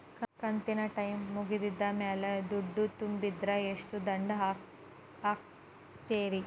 ಕಂತಿನ ಟೈಮ್ ಮುಗಿದ ಮ್ಯಾಲ್ ದುಡ್ಡು ತುಂಬಿದ್ರ, ಎಷ್ಟ ದಂಡ ಹಾಕ್ತೇರಿ?